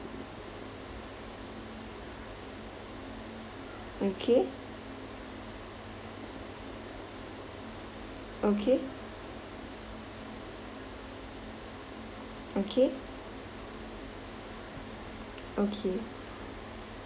okay okay okay okay